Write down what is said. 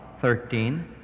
thirteen